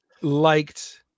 liked